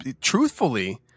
truthfully